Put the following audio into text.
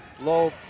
Low